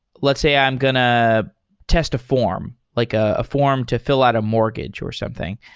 let's say i'm going to test a form, like a a form to fi ll out a mortgage or something.